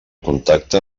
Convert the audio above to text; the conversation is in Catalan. contacte